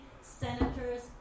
senators